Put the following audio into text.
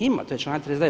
Ima, to je članak 30.